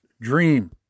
dream